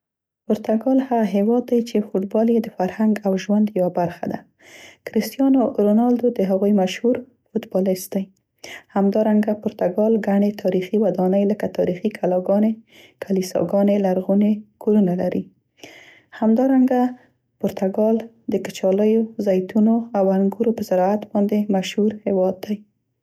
پرتګال هغه هیواد دی چې فوټبال یې د فرهنګ او ژوند یوه برخه ده. کریستیانو رونالدو د هغوی مشهور فوتبالیست دی. همدارنګه پرتګال ګڼې تاریخي ودانۍ لکه تاریخي کلاګانې، کلیساګانې، لرغوني کورونه لري. همدارنګه پرتګال د کچالیو، زیتونو او انګور په زراعت باندې مشهور هیواد دی.